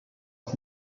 was